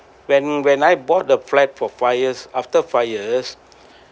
when when I bought the flat for five years after five years